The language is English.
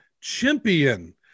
champion